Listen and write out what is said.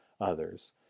others